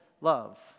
love